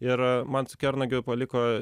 ir man su kernagiu paliko